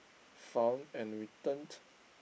found and returned